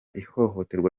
ihohoterwa